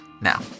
now